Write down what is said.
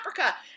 Africa